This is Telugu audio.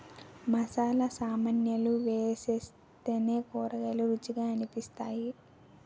మసాలా సామాన్లు వేస్తేనే కూరలు రుచిగా అనిపిస్తాయి